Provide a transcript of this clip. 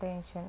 tension